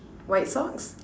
white socks